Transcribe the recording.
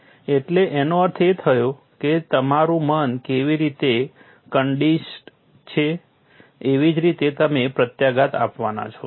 એટલે એનો અર્થ એ થયો કે તમારું મન કેવી રીતે કન્ડિશન્ડ છે એવી જ રીતે તમે પ્રત્યાઘાત આપવાના છો